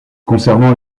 concernant